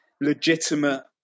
legitimate